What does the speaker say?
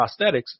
prosthetics